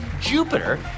Jupiter